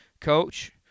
coach